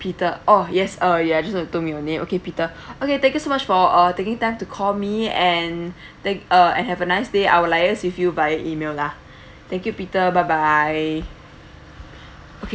peter orh yes uh ya just told me your name okay peter okay thank you so much for uh taking time to call me and they and have a nice day I'll liaise with you via email lah thank you peter bye bye okay